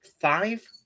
five